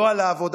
לא על העבודה.